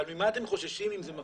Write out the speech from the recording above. אבל ממה אתם חוששים אם זה מקדים?